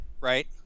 Right